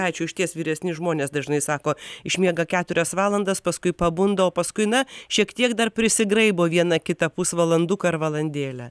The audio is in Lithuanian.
ačiū išties vyresni žmonės dažnai sako išmiega keturias valandas paskui pabunda o paskui na šiek tiek dar prisigraibo vieną kitą pusvalanduką ar valandėlę